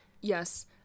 Yes